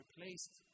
replaced